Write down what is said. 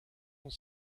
sont